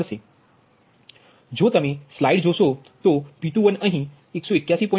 જો તમે સ્લાઇડ જોશો તો P12અહીં 181